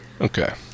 Okay